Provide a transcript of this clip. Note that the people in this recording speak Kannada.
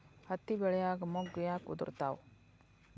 ಹತ್ತಿ ಬೆಳಿಯಾಗ ಮೊಗ್ಗು ಯಾಕ್ ಉದುರುತಾವ್?